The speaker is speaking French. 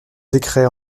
décret